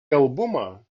albumą